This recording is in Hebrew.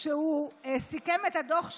כשהוא סיכם את הדוח שלו.